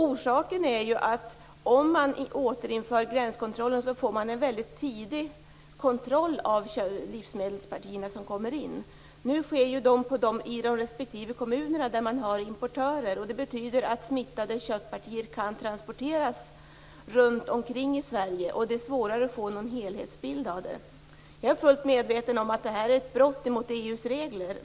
Orsaken är ju att om man återinför gränskontrollen får man en väldigt tidig kontroll av de livsmedelspartier som kommer in. Nu sker de i respektive kommun där man har importörer. Det betyder att smittade köttpartier kan transporteras runt omkring i Sverige. Det är svårare att få någon helhetsbild. Jag är fullt medveten om att det här är ett brott mot EU:s regler.